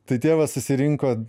tai tėvas išsirinko